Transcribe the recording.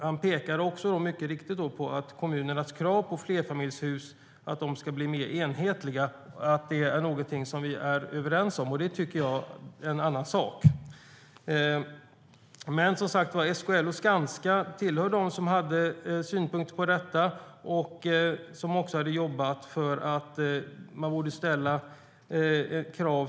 De pekade också mycket riktigt på att kommunernas krav på att flerfamiljshus ska bli mer enhetliga är någonting som vi är överens om, vilket jag tycker är en annan sak. SKL och Skanska tillhör alltså dem som hade synpunkter på detta och som också hade jobbat för att man borde ställa krav.